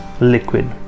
liquid